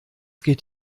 geht